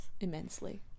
Immensely